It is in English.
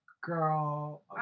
girl